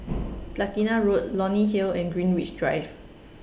Platina Road Leonie Hill and Greenwich Drive